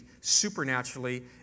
supernaturally